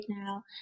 now